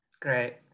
Great